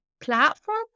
platform